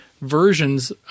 versions